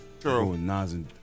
True